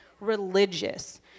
religious